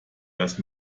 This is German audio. das